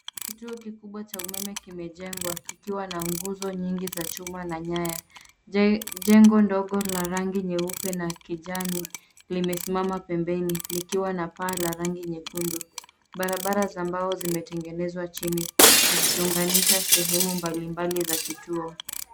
Kituo kikubwa cha umeme kimejengwa, kikiwa na nguzo nyingi za chuma na nyaya. Jengo ndogo la rangi nyeupe na kijani limesimama pembeni likiwa na paa la rangi nyekundu. Barabara za mbao zimetengenezwa chini ,zikiunganisha sehemu mbalimbali za kituo.